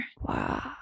Wow